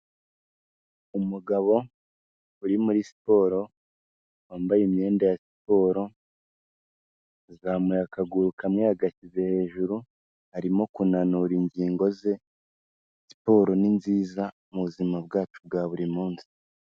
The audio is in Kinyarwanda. Umugabo uri muri siporo wambaye imyenda ya siporo, azamuye akaguru kamwe yagashyize hejuru arimo kunanura ingingo ze, siporo ni nziza mu buzima bwacu bwa buri munsi.